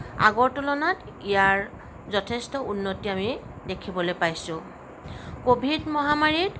আগৰ তুলনাত ইয়াৰ যথেষ্ট উন্নতি আমি দেখিবলৈ পাইছোঁ কভিড মহামাৰিত